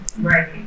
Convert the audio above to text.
Right